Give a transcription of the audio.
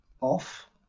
off